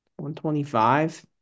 125